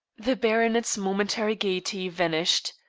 the baronet's momentary gaiety vanished.